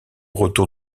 retour